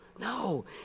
no